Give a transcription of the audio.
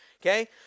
okay